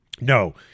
No